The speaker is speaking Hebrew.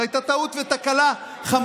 זו הייתה טעות ותקלה חמורה.